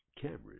Cameras